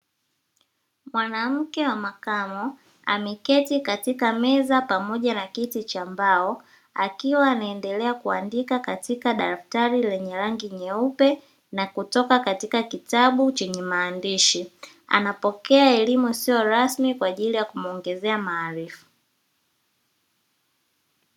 Mwanamke wa makamo ameketi katika meza pamoja na kiti cha mbao, akiwa anaendelea kuandika katika daftari lenye rangi nyeupe na kutoka katika kitabu chenye maandishi, anapokea elimu isiyo rasmi kwa ajili ya kumuongezea maarifa.